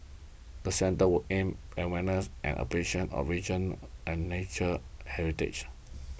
the centre will aim awareness and appreciation a region's and natural heritage